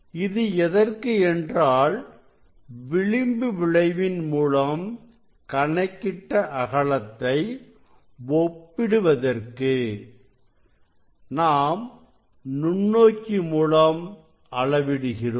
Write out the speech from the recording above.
இது எதற்கு என்றால் விளிம்பு விளைவின் மூலம் கணக்கிட்ட அகலத்தை ஒப்பிடுவதற்கு நாம் நுண்ணோக்கி மூலம் அளவிடுகிறோம்